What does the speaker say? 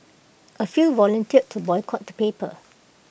A few volunteered to boycott the paper